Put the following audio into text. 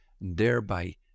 thereby